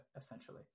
essentially